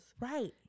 Right